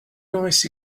icy